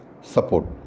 support